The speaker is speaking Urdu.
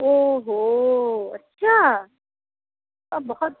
او ہو اچھا آپ بہت